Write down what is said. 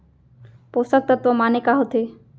पोसक तत्व माने का होथे?